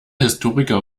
historiker